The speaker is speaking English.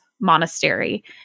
Monastery